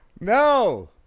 No